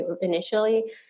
initially